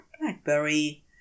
blackberry